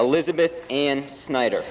elizabeth and snyder